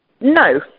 No